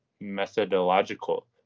methodological